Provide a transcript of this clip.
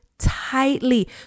tightly